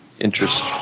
interest